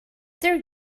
there